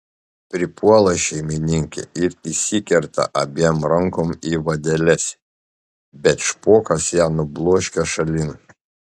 pripuola šeimininkė ir įsikerta abiem rankom į vadeles bet špokas ją nubloškia šalin